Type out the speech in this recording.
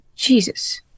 Jesus